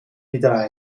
wieder